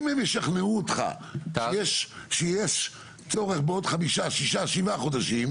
אם הם ישכנעו אותך שיש צורך בעוד חמישה או שישה או שבעה חודשים,